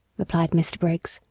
replied mr. briggs,